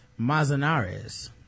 Mazanares